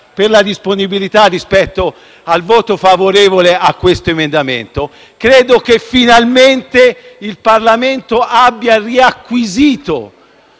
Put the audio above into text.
per la disponibilità rispetto al voto favorevole a questo emendamento. Credo che finalmente il Parlamento abbia riacquisito